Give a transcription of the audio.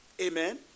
Amen